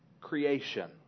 creation